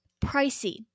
Pricey